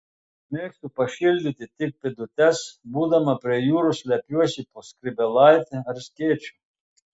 mėgstu pašildyti tik pėdutes būdama prie jūros slepiuosi po skrybėlaite ar skėčiu